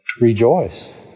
Rejoice